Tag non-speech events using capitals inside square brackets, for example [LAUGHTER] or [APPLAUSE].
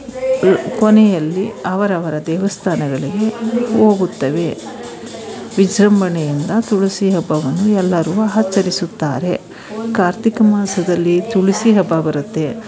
ಕೊನೆಯಲ್ಲಿ ಅವರವರ ದೇವಸ್ಥಾನಗಳಿಗೆ ಹೋಗುತ್ತವೆ ವಿಜೃಂಭಣೆಯಿಂದ ತುಳಸಿ ಹಬ್ಬವನ್ನು ಎಲ್ಲರೂ ಆಚರಿಸುತ್ತಾರೆ [UNINTELLIGIBLE] ಕಾರ್ತಿಕ ಮಾಸದಲ್ಲಿ ತುಳಸಿ ಹಬ್ಬ ಬರುತ್ತೆ